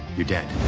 you're dead.